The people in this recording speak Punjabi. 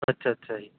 ਅੱਛਾ ਅੱਛਾ ਜੀ